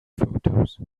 photos